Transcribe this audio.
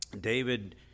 David